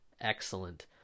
excellent